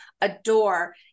adore